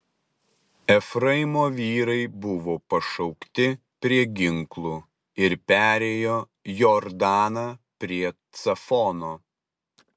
efraimo vyrai buvo pašaukti prie ginklų ir perėjo jordaną prie cafono